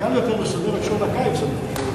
קל יותר לסדר את שעון הקיץ, אני חושב.